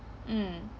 mm